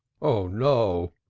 oh no,